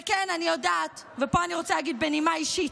וכן, אני יודעת, ופה אני רוצה להגיד בנימה אישית,